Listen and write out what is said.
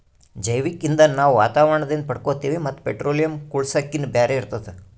ಜೈವಿಕ್ ಇಂಧನ್ ನಾವ್ ವಾತಾವರಣದಿಂದ್ ಪಡ್ಕೋತೀವಿ ಮತ್ತ್ ಪೆಟ್ರೋಲಿಯಂ, ಕೂಳ್ಸಾಕಿನ್ನಾ ಬ್ಯಾರೆ ಇರ್ತದ